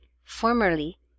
Formerly